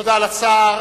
תודה לשר.